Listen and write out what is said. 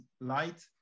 LIGHT